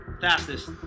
fastest